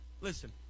Listen